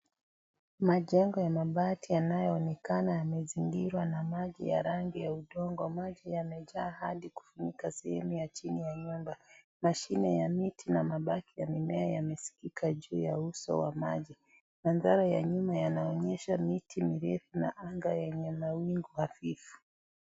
Majengo ya mabati yanayoonekana yamezingirwa na maji ya rangi ya udongo. Maji yamejaa hadi kufunika sehemu ya chini ya nyumba. Mashine ya miti na mabaki ya mimea yamesimama katika juu ya uso wa maji. Mandhari ya nyuma yanaonyesha miti mirefu na anga yenye mawingu nadhifu.